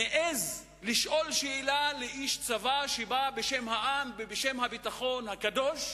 מעז לשאול איש צבא שבא בשם העם ובשם הביטחון הקדוש,